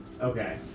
Okay